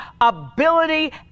ability